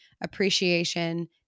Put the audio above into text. appreciation